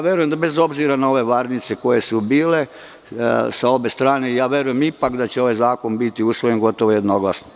Verujem da bez obzira na ove varnice koje su bile sa obe strane, ipak verujem da će ovaj zakon biti usvojen gotovo jednoglasno.